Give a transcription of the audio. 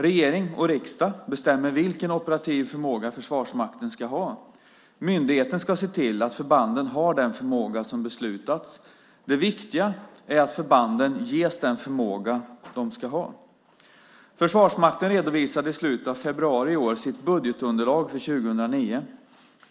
Regering och riksdag bestämmer vilken operativ förmåga Försvarsmakten ska ha. Myndigheten ska se till att förbanden har den förmåga som beslutats. Det viktiga är att förbanden ges den förmåga de ska ha. Försvarsmakten redovisade i slutet av februari i år sitt budgetunderlag för 2009.